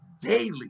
daily